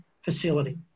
facility